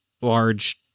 large